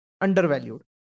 undervalued